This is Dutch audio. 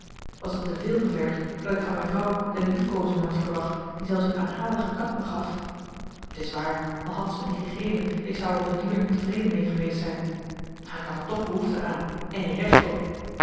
was t te veel gevergd dat ik van mijn vrouw de liefkoozingen had verwacht die zelfs een aanhalige kat me gaf t is waar al had ze me die gegeven ik zou er op de duur niet tevreden mee geweest zijn maar ik had er toch behoefte aan en recht op